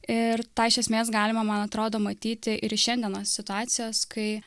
ir tą iš esmės galima man atrodo matyti ir iš šiandienos situacijos kai